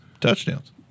touchdowns